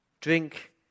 drink